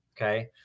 Okay